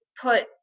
put